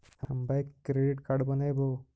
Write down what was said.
हम bank credit card बनैवो?